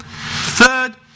Third